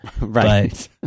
right